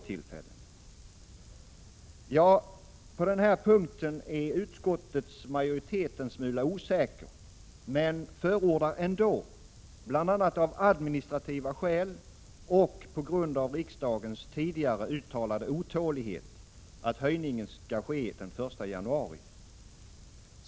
Ja, utskottets majoritet är osäker på den här punkten men förordar ändå, bl.a. av administrativa skäl och på grund av riksdagens tidigare uttalade otålighet, att höjningen sker den 1 januari.